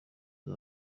z’i